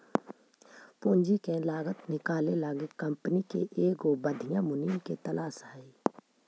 पूंजी के लागत निकाले लागी कंपनी के एगो बधियाँ मुनीम के तलास हई